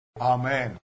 Amen